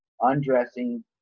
undressing